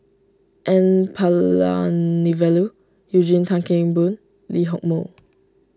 N Palanivelu Eugene Tan Kheng Boon Lee Hock Moh